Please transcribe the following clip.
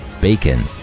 Bacon